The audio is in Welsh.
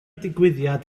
digwyddiad